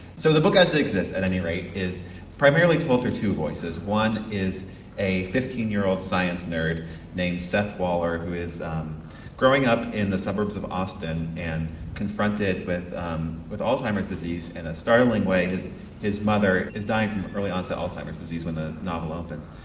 so the book as it exists at any rate is primarily told for two voices, one is a fifteen year old science nerd name seth waller who is growing up in the suburbs of austin and confronted with with alzheimer's disease. in a startling way his mother is dying from early onset alzheimer's disease when the novel opens.